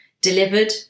delivered